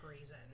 reason